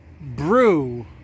brew